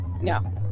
No